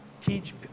teach